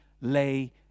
lay